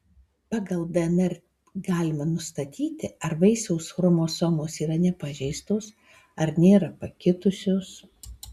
pagal dnr galima nustatyti ar vaisiaus chromosomos yra nepažeistos ar nėra pakitusios